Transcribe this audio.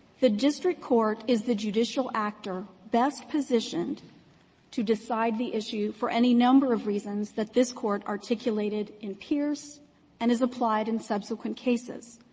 the district court is the judicial actor best positioned to decide the issue for any number of reasons that this court articulated in pierce and is applied in subsequent cases.